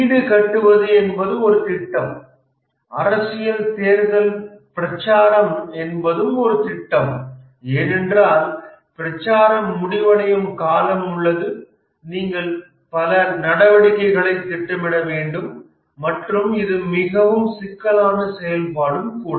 வீடு கட்டுவது என்பது ஒரு திட்டம் அரசியல் தேர்தல் பிரச்சாரம் என்பதும் ஒரு திட்டம் ஏனென்றால் பிரச்சாரம் முடிவடையும் காலம் உள்ளது நீங்கள் பல நடவடிக்கைகளைத் திட்டமிட வேண்டும் மற்றும் இது மிகவும் சிக்கலான செயல்பாடும் கூட